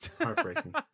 Heartbreaking